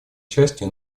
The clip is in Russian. частью